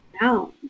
down